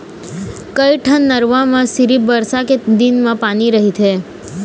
कइठन नरूवा म सिरिफ बरसा के दिन म पानी रहिथे